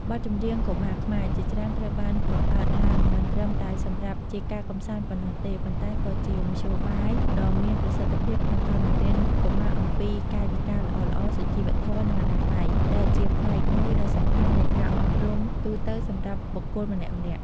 បទចម្រៀងកុមារខ្មែរជាច្រើនត្រូវបានបង្កើតឡើងមិនត្រឹមតែសម្រាប់ជាការកម្សាន្តប៉ុណ្ណោះទេ ប៉ុន្តែក៏ជាមធ្យោបាយដ៏មានប្រសិទ្ធភាពក្នុងការបង្រៀនកុមារអំពី កាយវិការល្អៗ (សុជីវធម៌) និង អនាម័យ ដែលជាផ្នែកមួយដ៏សំខាន់នៃការអប់រំទូទៅសម្រាប់បុគ្គលម្នាក់ៗ។